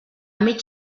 mig